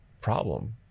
problem